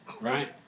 right